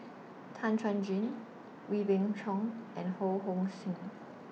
Tan Chuan Jin Wee Beng Chong and Ho Hong Sing